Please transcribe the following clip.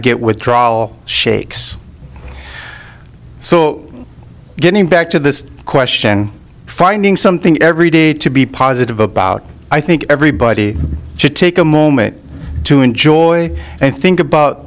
get withdrawal shakes so getting back to this question finding something every day to be positive about i think everybody should take a moment to enjoy and think about